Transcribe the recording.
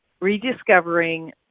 Rediscovering